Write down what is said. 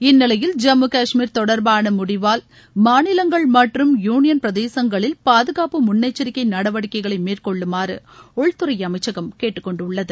இந்நிலையில் ஜம்மு கஷ்மீர் தொடர்பான முடிவால் மாநிலங்கள் மற்றும் யூனியன் பிரதேசங்களில் பாதுகாப்பு முன்னெச்சரிக்கை நடவடிக்கைகளை மேற்கொள்ளுமாறு உள்துறை அமைச்சகம் கேட்டுக்கொண்டுள்ளது